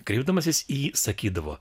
kreipdamasis į jį sakydavo